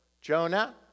Jonah